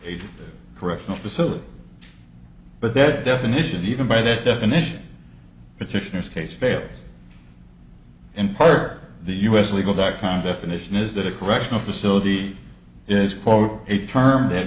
a correctional facility but that definition even by that definition petitioner's case fails in part the us legal dot com definition is that a correctional facility is quote a term that